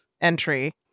entry